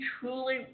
truly